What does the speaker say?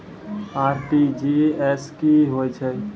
RTGS की होय छै?